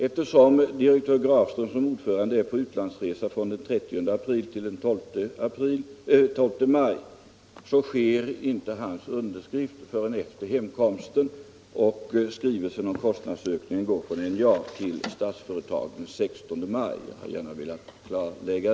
Eftersom ordföranden, direktör Grafström, är utomlands från den 30 april till den 12 maj sker inte hans underskrift förrän efter hemkomsten. Skrivelsen om kostnadsökningen går från NJA till Statsföretag den 16 maj.